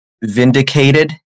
vindicated